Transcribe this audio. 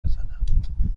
بزنم